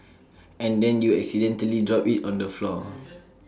and then you accidentally drop IT on the floor